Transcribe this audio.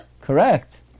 Correct